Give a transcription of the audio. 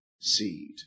seed